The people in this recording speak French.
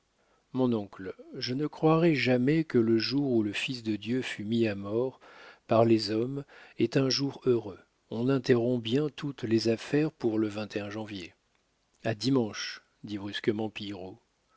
mon oncle je ne croirai jamais que le jour où le fils de dieu fut mis à mort par les hommes est un jour heureux on interrompt bien toutes les affaires pour le janvier a dimanche dit brusquement